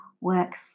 work